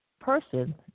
person